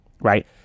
right